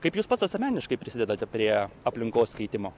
kaip jūs pats asmeniškai prisidedate prie aplinkos keitimo